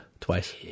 Twice